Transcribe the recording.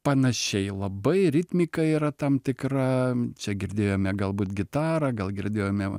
panašiai labai ritmika yra tam tikra čia girdėjome galbūt gitarą gal girdėjome